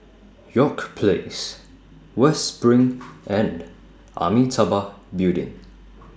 York Place West SPRING and Amitabha Building